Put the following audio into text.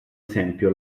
esempio